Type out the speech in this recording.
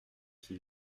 qui